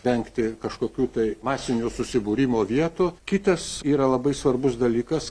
vengti kažkokių tai masinių susibūrimo vietų kitas yra labai svarbus dalykas